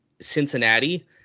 Cincinnati